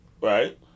Right